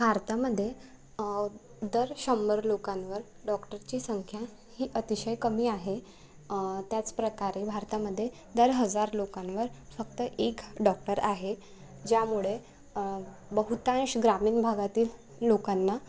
भारतामध्ये दर शंभर लोकांवर डॉक्टरची संख्या ही अतिशय कमी आहे त्याच प्रकारे भारतामध्ये दर हजार लोकांवर फक्त एक डॉक्टर आहे ज्यामुळे बहुतांश ग्रामीण भागातील लोकांना